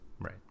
right